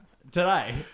today